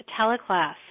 teleclass